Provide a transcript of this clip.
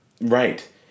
Right